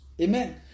Amen